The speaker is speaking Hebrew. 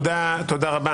תודה רבה.